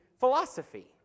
Philosophy